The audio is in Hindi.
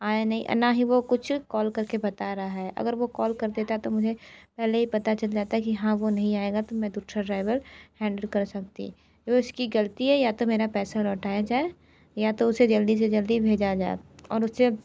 आया आ नहीं ना ही वो कुछ कॉल कर के बता रहा है अगर वो कॉल कर देता तो मुझे पेहले ही पता चल जाता कि हाँ वो नहीं आएगा तो मैं दूसरा ड्राइवर हैंडल कर सकती ये उसकी ग़लती है या तो मेरा पैसा लौटाया जाए या तो उसे जल्दी से जल्दी भेजा जाए और उस से